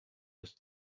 with